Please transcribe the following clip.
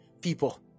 people